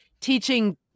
teaching